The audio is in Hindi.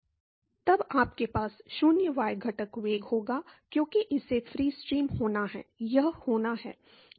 छात्र हाँ तब आपके पास शून्य y घटक वेग होगा क्योंकि इसे फ्री स्ट्रीम होना है यह होना है